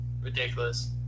Ridiculous